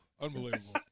unbelievable